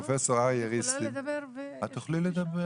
פרופסור אריה ריסקין שנמצא